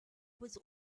was